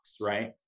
right